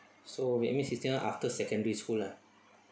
so that means you say after secondary school lah